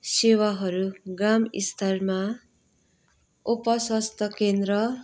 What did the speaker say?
सेवाहरू ग्रामस्तरमा उपस्वास्थ्य केन्द्र